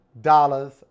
dollars